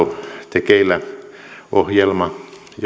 tekeillä ohjelma